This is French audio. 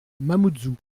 mamoudzou